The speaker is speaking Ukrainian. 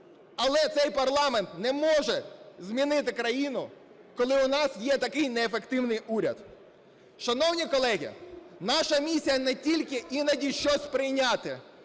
Але цей парламент не може змінити країну, коли у нас є такий неефективний уряд. Шановні колеги, наша місія не тільки іноді щось прийняти.